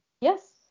yes